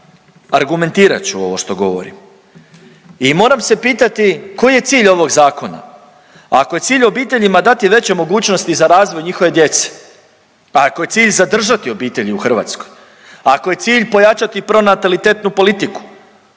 malo. Argumentirat ću ovo što govorim i moram se pitati koji je cilj ovog zakona? Ako je cilj obiteljima dati veće mogućnosti za razvoj njihove djece, a ako je cilj zadržati obitelji u Hrvatskoj, ako je cilj pojačati pronatalitetnu politiku,